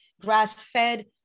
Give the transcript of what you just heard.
grass-fed